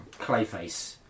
Clayface